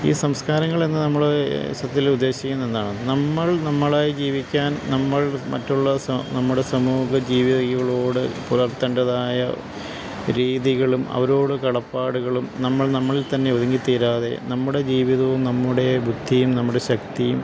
ഈ സംസ്കാരങ്ങളെന്നു നമ്മള് സത്യത്തിൽ ഉദ്ദേശിക്കുന്നതെന്താണ് നമ്മൾ നമ്മളായി ജീവിക്കാൻ നമ്മൾ മറ്റുള്ള നമ്മുടെ സമൂഹ ജീവികളോടു പുലർത്തേണ്ടതായ രീതികളും അവരോടു കടപ്പാടുകളും നമ്മൾ നമ്മളിൽ തന്നെ ഒതുങ്ങിത്തീരാതെ നമ്മുടെ ജീവിതവും നമ്മുടെ ബുദ്ധിയും നമ്മുടെ ശക്തിയും